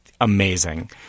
amazing